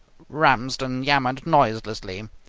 ramsden yammered noiselessly.